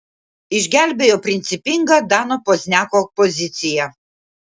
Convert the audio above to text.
išgelbėjo principinga dano pozniako pozicija